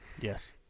Yes